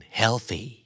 healthy